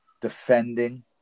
defending